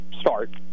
start